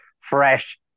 fresh